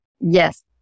yes